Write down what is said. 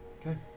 Okay